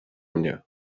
mnie